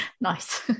nice